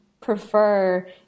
prefer